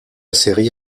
série